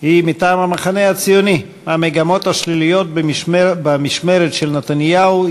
היא מטעם המחנה הציוני: המגמות השליליות במשמרת של נתניהו,